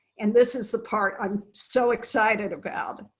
and this is the part i'm so excited about.